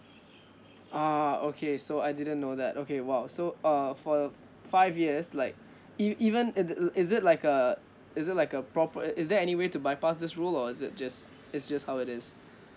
a'ah okay so I didn't know that okay !wow! so uh for the f~ five years like ev~ even at the it is it like uh is it like a proper is is there any way to bypass this rule or is it just it's just how it is